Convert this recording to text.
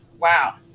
wow